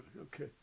Okay